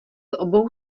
obou